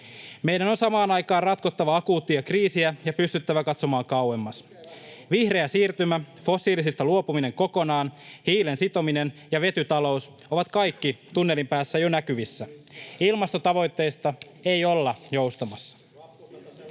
Meidän on samaan aikaan ratkottava akuuttia kriisiä ja pystyttävä katsomaan kauemmas. Vihreä siirtymä, fossiilisista luopuminen kokonaan, hiilen sitominen ja vetytalous ovat kaikki tunnelin päässä jo näkyvissä. Ilmastotavoitteista ei olla joustamassa.